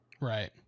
Right